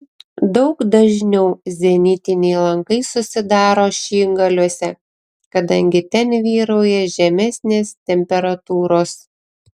daug dažniau zenitiniai lankai susidaro ašigaliuose kadangi ten vyrauja žemesnės temperatūros